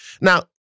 Now